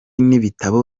n’ibitabo